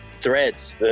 threads